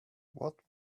what